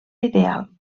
ideal